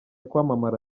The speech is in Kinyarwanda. kwamamara